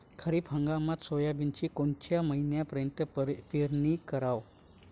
खरीप हंगामात सोयाबीनची कोनच्या महिन्यापर्यंत पेरनी कराव?